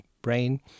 brain